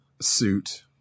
suit